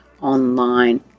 online